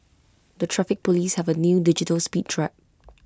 the traffic Police have A new digital speed trap